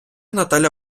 наталя